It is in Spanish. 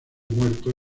muerto